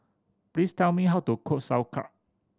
please tell me how to cook Sauerkraut